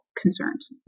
concerns